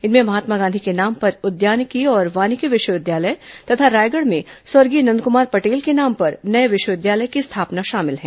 इनमें महात्मा गांधी के नाम पर उद्यानिकी और वानिकी विश्वविद्यालय तथा रायगढ़ में स्वर्गीय नंदकुमार पटेल के नाम पर नए विश्वविद्यालय की स्थापना शामिल हैं